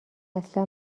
اصلا